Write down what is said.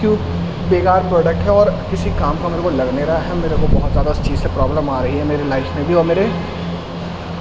کیوں بیکار پروڈکٹ ہے اور کسی کام کا میرے کو لگ نہیں رہا ہے اب میرے کو بہت زیادہ اس چیز سے پروبلم آ رہی ہے میری لائف میں بھی اور میرے